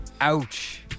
Ouch